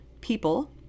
people